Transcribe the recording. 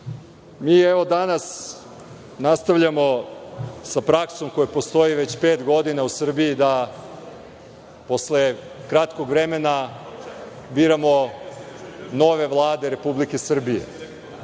mi evo danas nastavljamo sa praksom koja postoji već pet godina u Srbiji, da posle kratkog vremena biramo nove Vlade Republike Srbije. Ovo